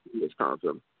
Wisconsin